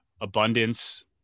abundance